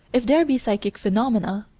if there be psychic phenomena,